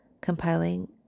compiling